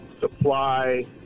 supply